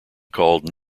called